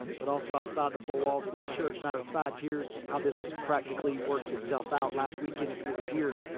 but also outside the four walls of this church. matter of fact, here's how this practically works itself out. last weekend, if you were here,